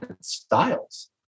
styles